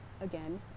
again